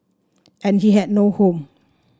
and he had no home